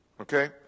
Okay